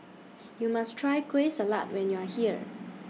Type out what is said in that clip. YOU must Try Kueh Salat when YOU Are here